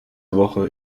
woche